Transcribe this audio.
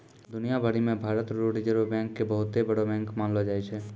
दुनिया भरी मे भारत रो रिजर्ब बैंक के बहुते बड़ो बैंक मानलो जाय छै